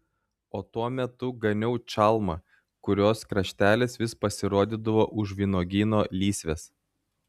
o tuo metu ganiau čalmą kurios kraštelis vis pasirodydavo už vynuogyno lysvės